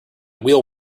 wheel